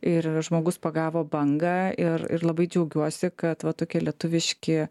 ir žmogus pagavo bangą ir ir labai džiaugiuosi kad va tokie lietuviški